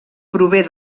prové